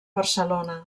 barcelona